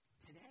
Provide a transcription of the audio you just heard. Today